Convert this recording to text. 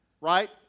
right